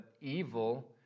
evil